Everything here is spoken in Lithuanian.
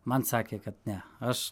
man sakė kad ne aš